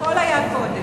הכול היה קודם.